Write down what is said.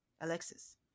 Alexis